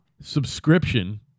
subscription